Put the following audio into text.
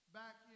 back